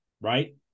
right